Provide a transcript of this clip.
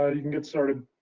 ah you can get started.